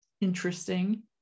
interesting